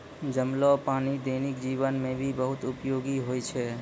जमलो पानी दैनिक जीवन मे भी बहुत उपयोगि होय छै